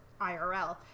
IRL